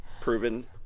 proven